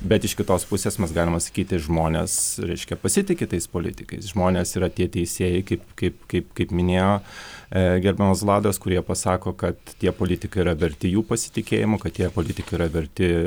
bet iš kitos pusės mes galima sakyti žmonės reiškia pasitiki tais politikais žmonės yra tie teisėjai kaip kaip kaip kaip minėjo e gerbiamas vladas kurie pasako kad tie politikai yra verti jų pasitikėjimo kad tie politikai yra verti